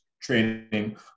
training